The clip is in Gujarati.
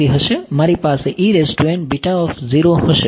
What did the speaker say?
મારી પાસે હશે